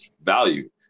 value